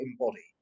embody